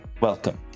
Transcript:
Welcome